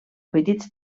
petits